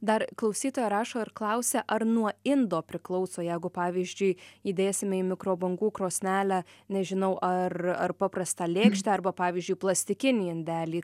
dar klausytoja rašo ir klausia ar nuo indo priklauso jeigu pavyzdžiui įdėsime į mikrobangų krosnelę nežinau ar ar paprastą lėkštę arba pavyzdžiui plastikinį indelį